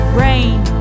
rain